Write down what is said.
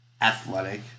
athletic